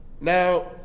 Now